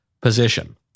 position